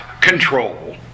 control